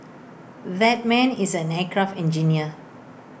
that man is an aircraft engineer